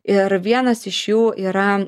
ir vienas iš jų yra